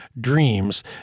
dreams